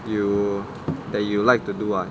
you that you like to do ah